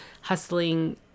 hustling